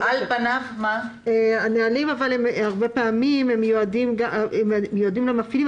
הנהלים הרבה פעמים מיועדים למפעילים.